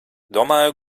domāju